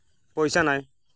পইচা নাই